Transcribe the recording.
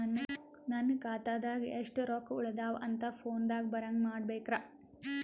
ನನ್ನ ಖಾತಾದಾಗ ಎಷ್ಟ ರೊಕ್ಕ ಉಳದಾವ ಅಂತ ಫೋನ ದಾಗ ಬರಂಗ ಮಾಡ ಬೇಕ್ರಾ?